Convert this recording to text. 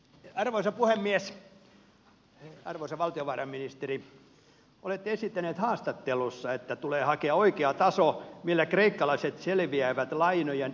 arvoisa valtiovarainministeri olette esittänyt haastattelussa että tulee hakea oikea taso millä kreikkalaiset selviävät lainojen anteeksiannon kautta